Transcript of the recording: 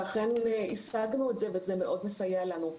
אכן השגנו את זה, וזה מאוד מסייע לנו.